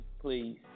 Please